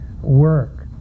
work